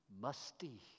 musty